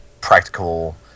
practical